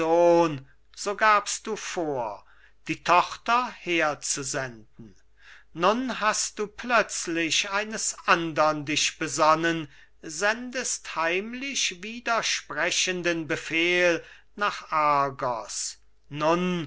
so gabst du vor die tochter herzusenden nun hast du plötzlich eines andern dich besonnen sendest heimlich widersprechenden befehl nach argos nun